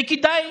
וכדאי